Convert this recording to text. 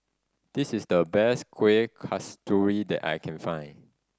this is the best Kueh Kasturi that I can find